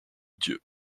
dieux